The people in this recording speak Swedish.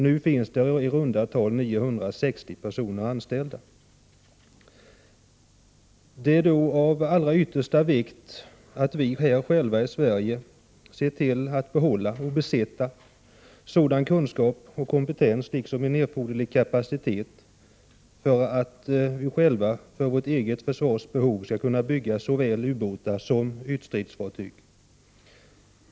Det finns nu i runda tal 960 personer anställda. Det är av allra yttersta vikt att vi själva här i Sverige ser till att besitta och behålla sådan kunskap och kompetens att vi själva för vårt eget försvars behov skall kunna bygga såväl ubåtar som ytstridsfartyg.